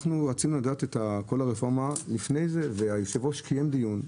אנחנו רצינו לדעת את כל הרפורמה לפני זה והיושב-ראש קיים דיון,